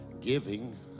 giving